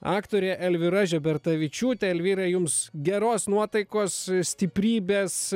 aktorė elvyra žebertavičiūtė elvyra jums geros nuotaikos stiprybės